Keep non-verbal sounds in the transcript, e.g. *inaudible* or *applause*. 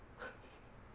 *laughs*